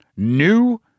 New